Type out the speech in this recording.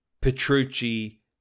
Petrucci